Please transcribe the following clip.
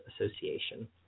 Association